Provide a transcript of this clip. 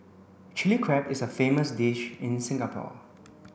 Chilli Crab is a famous dish in Singapore